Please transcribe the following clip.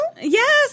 Yes